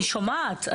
אני שומעת.